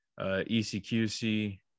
ECQC